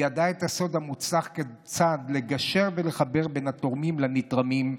ידע את הסוד המוצלח כיצד לגשר ולחבר בין התורמים לנתרמים,